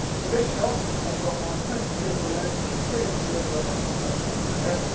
for this shot, i've got my twenty three mil lens, which pretty much lives on my compact camera here,